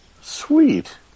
Sweet